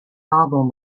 album